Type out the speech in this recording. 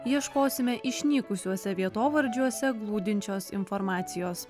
ieškosime išnykusiuose vietovardžiuose glūdinčios informacijos